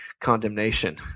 condemnation